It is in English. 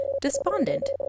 despondent